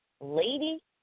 lady